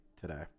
today